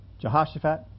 Jehoshaphat